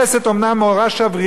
הכנסת אומנם נורא שברירית,